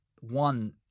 one